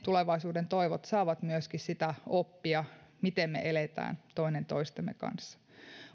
tulevaisuuden toivot saavat myöskin sitä oppia miten me elämme toinen toistemme kanssa